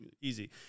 easy